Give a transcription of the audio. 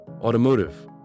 automotive